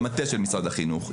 במטה של משרד החינוך.